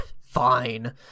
Fine